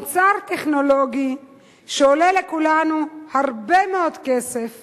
מוצר טכנולוגי שעולה לכולנו הרבה מאוד כסף